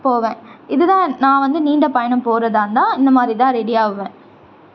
போவேன் இது தான் நான் வந்து நீண்ட பயணம் போகிறதா இருந்தால் இந்த மாதிரி தான் ரெடி ஆகுவேன்